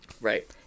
Right